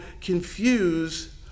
confuse